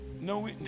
No